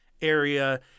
area